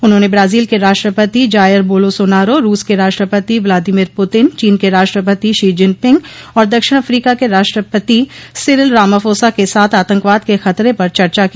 उन्होंने ब्राजील के राष्ट्रपति जायर बोलोसोनारो रूस के राष्ट्रपति व्लादीमिर पुतिन चीन के राष्ट्रपति शो जिनपिंग और दक्षिण अफ्रीका के राष्ट्रपति सिरिल रामाफोसा के साथ आंतकवाद के खतरे पर चर्चा की